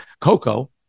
cocoa